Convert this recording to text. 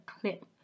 clip